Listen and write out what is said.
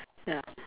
ya